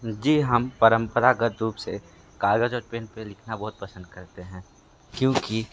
जी हम परम्परागत रूप से कागज़ और पेन से लिखना बहुत पसंद करते हैं क्योंकि